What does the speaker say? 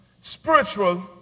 spiritual